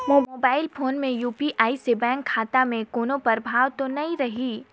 Mobile phone मे UPI से bank खाता मे कोनो प्रभाव तो नइ रही?